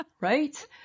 Right